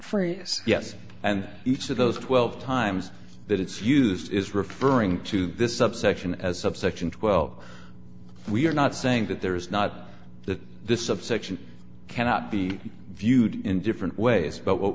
phrase yes and if so those twelve times that it's used is referring to this subsection as subsection twelve we are not saying that there is not that this subsection cannot be viewed in different ways but what